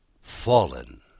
fallen